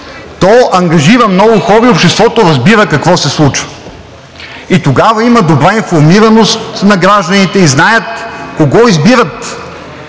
ангажира много хора и обществото разбира какво се случва. Тогава има добра информираност на гражданите, знаят кого избират